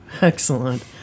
Excellent